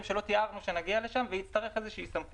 שלא תיארנו לעצמנו שנגיע לשם ותצטרך סמכות,